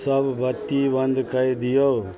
सब बत्ती बन्द कए दियौ